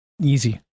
Easy